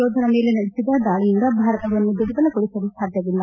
ಯೋಧರ ಮೇಲೆ ನಡೆಸಿದ ದಾಳಿಯಿಂದ ಭಾರತವನ್ನು ದುರ್ಬಲಗೊಳಿಸಲು ಸಾಧ್ವವಿಲ್ಲ